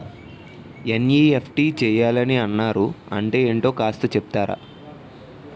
NEFT చేయాలని అన్నారు అంటే ఏంటో కాస్త చెపుతారా?